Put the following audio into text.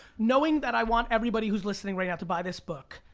knowing that i want everybody who's listening right now to buy this book,